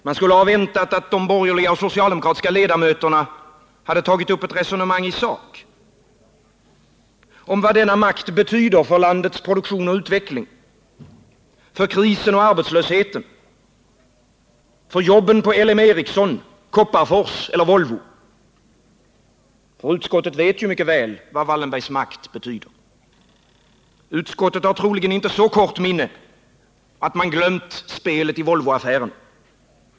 Man skulle ha väntat att de borgerliga och socialdemokratiska ledamöterna hade tagit upp ett resonemang i sak om vad denna makt betyder för landets produktion och utveckling, för krisen och arbetslösheten, för jobben på LM Ericsson, Kopparfors eller Volvo. Utskottet vet ju mycket väl vad Wallenbergs makt betyder. Utskottet har troligen inte så kort minne att man glömt spelet i Volvoaffären.